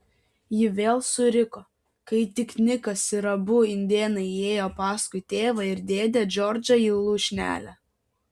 ji vėl suriko kai tik nikas ir abu indėnai įėjo paskui tėvą ir dėdę džordžą į lūšnelę